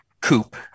coupe